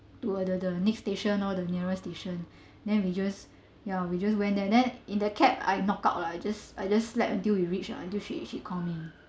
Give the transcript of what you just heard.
to uh the the next station or the nearest station then we just ya we just went there then in the cab I knocked out lah I just I just slept until we reached lah until she she called me